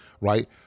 right